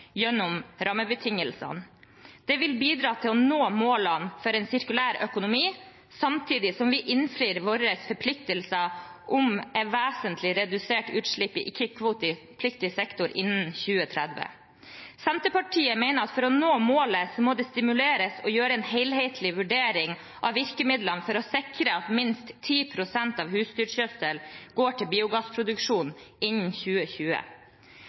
gjennom rammebetingelsene. Det vil bidra til å nå målene for en sirkulær økonomi, samtidig som vi innfrir våre forpliktelser om vesentlig reduserte utslipp i ikke-kvotepliktig sektor innen 2030. Senterpartiet mener at for å nå målet må det stimuleres og gjøres en helhetlig vurdering av virkemidlene for å sikre at minst 10 pst. av husdyrgjødselen går til biogassproduksjon innen 2020.